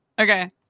Okay